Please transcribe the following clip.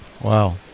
wow